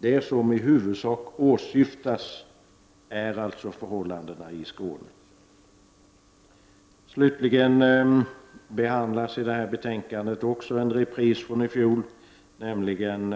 Det som i huvudsak åsyftas är alltså förhållandena i Skåne. Slutligen behandlas i detta betänkande också en repris från i fjol, nämligen